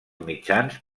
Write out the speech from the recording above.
mitjans